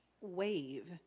wave